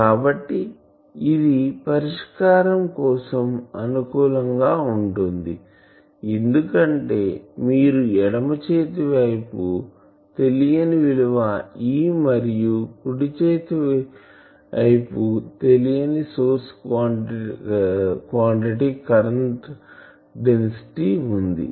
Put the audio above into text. కాబట్టి ఇది పరిష్కారం కోసం అనుకూలంగా ఉంటుంది ఎందుకంటే ఎడమ చేతి వైపు తెలియని విలువ E మరియు కుడి వైపు తెలియని సోర్స్ క్వాంటిటీ కరెంటు డెన్సిటీ వుంది